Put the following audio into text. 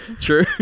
true